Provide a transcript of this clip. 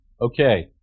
Okay